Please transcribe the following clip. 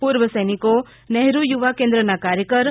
પૂર્વ સૈનિકો નેહરુ યુવા કેન્દ્રના કાર્યકર એન